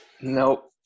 Nope